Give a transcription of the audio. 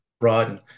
broaden